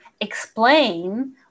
explain